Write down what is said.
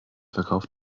verkauf